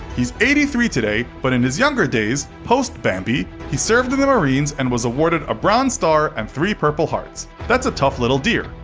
he's eighty three today, but in his younger days post-bambi he served in the marines and was awarded a bronze star and three purple hearts. that's a tough little deer.